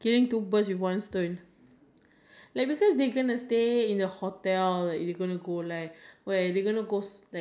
um this girl this woman cooks very nice then they like okay okay I'm gonna order from her I think that's nice